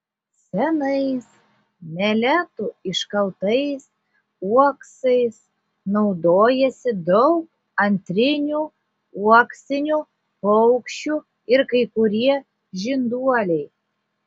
senais meletų iškaltais uoksais naudojasi daug antrinių uoksinių paukščių ir kai kurie žinduoliai